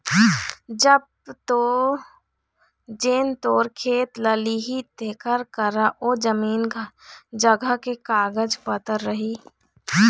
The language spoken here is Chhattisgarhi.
तब तो जेन तोर खेत ल लिही तेखर करा ओ जमीन जघा के कागज पतर रही